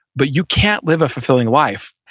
but you can't live a fulfilling life,